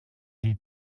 die